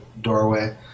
doorway